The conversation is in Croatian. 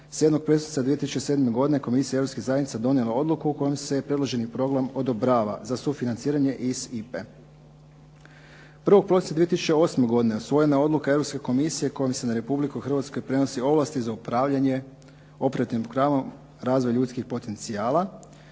7. prosinca 2007. Komisija Europskih zajednica je donijela odluku kojom se predloženi problem odobrava za sufinanciranje iz IPA-e. 1. prosinca 2008. godine usvojena je Odluka Europske komisije kojom se na Republiku Hrvatsku prenose ovlasti za upravljanje operativnim programom “Razvoj ljudskih potencijala“.